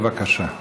בבקשה.